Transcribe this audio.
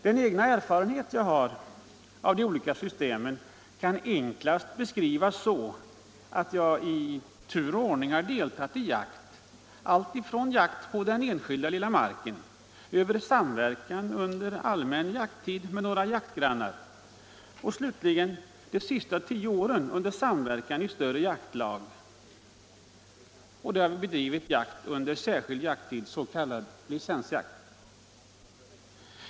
Den egna erfarenhet jag har av de olika systemen kan enklast beskrivas så att jag i tur och ordning har deltagit i jakt först på den lilla enskilda marken, därefter i samverkan under allmän jakttid och slutligen de sista tio åren under samverkan i större jaktlag under särskild jakttid, s.k. licensjakt.